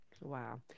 Wow